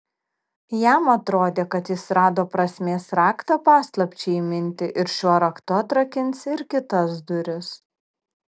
jam atrodė kad jis rado prasmės raktą paslapčiai įminti ir šiuo raktu atrakins ir kitas duris